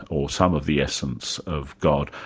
or some of the essence of god,